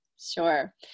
Sure